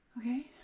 Okay